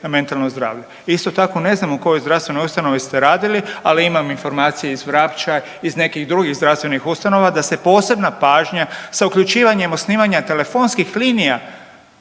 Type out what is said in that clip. na mentalno zdravlje. Isto tako, ne znam u kojoj zdravstvenoj ustanovi ste radili, ali imam informacije iz Vrapča, iz nekih drugih zdravstvenih ustanova da se posebna pažnja sa uključivanjem osnivanja telefonskih linija